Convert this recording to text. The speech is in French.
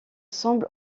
semble